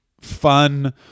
fun